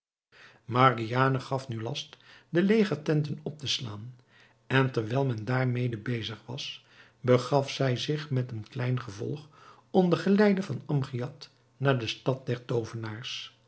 margiane gaf nu last de legertenten op te slaan en terwijl men daarmede bezig was begaf zij zich met een klein gevolg onder geleide van amgiad naar de stad der toovenaars